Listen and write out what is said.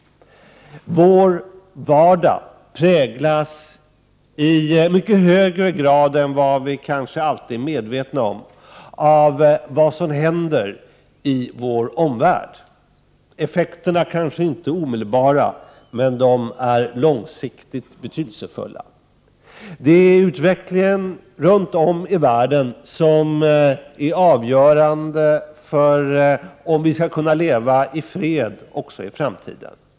Vår vardag präglas i mycket högre grad än vad vi kanske alltid är medvetna om av vad som händer i vår omvärld. Effekterna kanske inte är omedelbara, men de är långsiktigt betydelsefulla. Utvecklingen runt om i världen är avgörande för om vi skall kunna leva i fred också i framtiden.